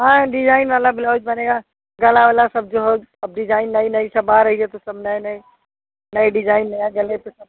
हाँ डिजाइन वाला ब्लाउज बनेगा गला वाला सब जो हो अब डिज़ाइन नई नई सब आ रही है तो सब नए नए नई डिजाइन नए गले पर सब